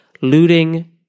looting